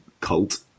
cult